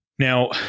Now